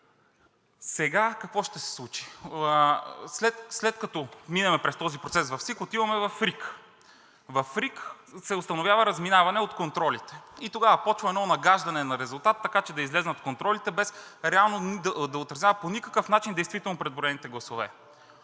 Сега какво ще се случи? След като минем през този процес в СИК, отиваме в РИК. В РИК се установява разминаване от контролите и тогава започва едно нагаждане на резултат, така че да излязат контролите, без реално да отразява по никакъв начин действително преброените гласове.